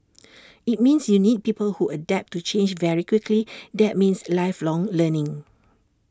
IT means you need people who adapt to change very quickly that means lifelong learning